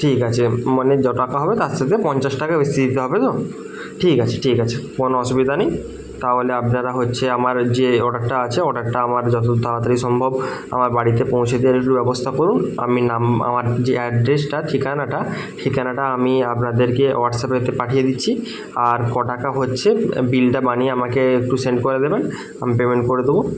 ঠিক আছে মানে য টাকা হবে তার সাথে পঞ্চাশ টাকা বেশি দিতে হবে তো ঠিক আছে ঠিক আছে কোনও অসুবিধা নেই তাহলে আপনারা হচ্ছে আমার যে অর্ডারটা আছে অর্ডারটা আমার যত তাড়াতাড়ি সম্ভব আমার বাড়িতে পৌঁছে দেওয়ার একটু ব্যবস্থা করুন আমি নাম আমার যে অ্যাড্রেসটা ঠিকানাটা ঠিকানাটা আমি আপনাদেরকে হোয়াটসঅ্যাপে পাঠিয়ে দিচ্ছি আর ক টাকা হচ্ছে বিলটা বানিয়ে আমাকে একটু সেন্ড করে দেবেন আমি পেমেন্ট করে দেব